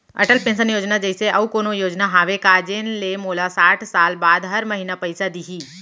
Atal pension Yojana जइसे अऊ कोनो योजना हावे का जेन ले मोला साठ साल बाद हर महीना पइसा दिही?